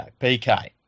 PK